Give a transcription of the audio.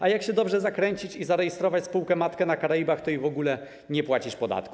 A jak się dobrze zakręcić i zarejestrować spółkę matkę na Karaibach, to w ogóle nie płacisz podatku.